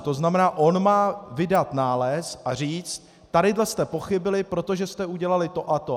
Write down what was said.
To znamená, on má vydat nález a říct: tady jste pochybili, protože jste udělali to a to.